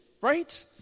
right